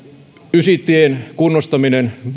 ysitien kunnostaminen